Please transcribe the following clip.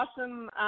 awesome